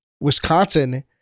Wisconsin